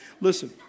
Listen